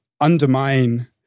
undermine